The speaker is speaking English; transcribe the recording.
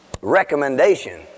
recommendation